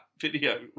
video